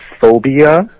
Phobia